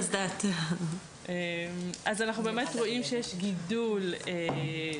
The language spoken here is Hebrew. אז אנחנו באמת רואים שיש גידול ביולי,